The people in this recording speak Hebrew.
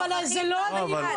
לא, אבל זה לא הדיון.